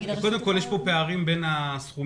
קודם כל, יש כאן פערים בסכומים.